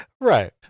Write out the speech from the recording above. Right